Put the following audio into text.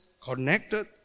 connected